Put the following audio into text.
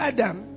Adam